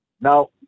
Now